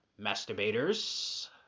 masturbators